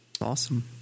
awesome